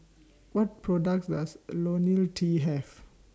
What products Does Ionil T Have